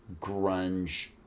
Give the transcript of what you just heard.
grunge